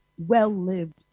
well-lived